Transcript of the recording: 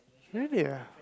really ah